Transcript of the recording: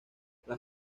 las